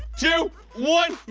two, one!